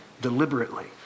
deliberately